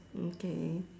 mm K